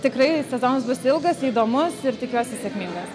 tikrai sezonas bus ilgas įdomus ir tikiuosi sėkmingas